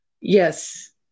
yes